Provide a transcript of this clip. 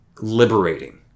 liberating